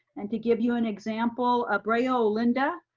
and to give you an example of brea-olinda,